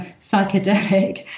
psychedelic